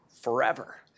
forever